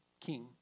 king